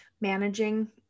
managing